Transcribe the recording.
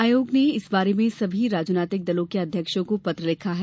आयोग ने इस बारे में सभी राजनीतिक दलों के अध्यक्षों को पत्र लिखा है